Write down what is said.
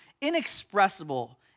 inexpressible